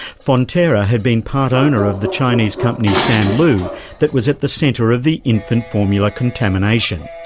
fonterra had been part owner of the chinese company sanlu that was at the centre of the infant formula contamination.